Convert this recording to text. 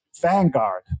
Vanguard